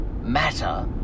matter